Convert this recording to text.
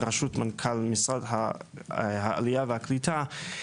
בראשות מנכ"ל משרד העלייה והקליטה,